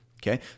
Okay